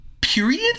period